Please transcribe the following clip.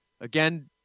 again